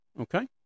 Okay